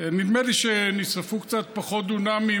נדמה לי שנשרפו קצת פחות דונמים,